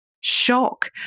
Shock